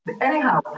Anyhow